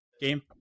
Game